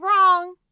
wrong